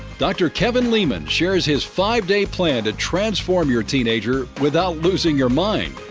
dr. kevin leman shares his five-day plan to transform your teenager without losing your mind.